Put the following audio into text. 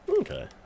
Okay